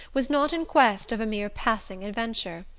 was not in quest of a mere passing adventure.